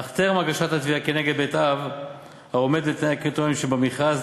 אך טרם הגשת התביעה כנגד בית אב העומד בתנאי הקריטריונים שבמכרז,